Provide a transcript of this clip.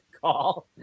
call